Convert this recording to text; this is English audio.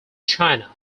china